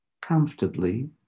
comfortably